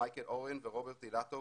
מייקל אורן ורוברט אילטוב